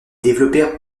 développé